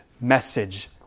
message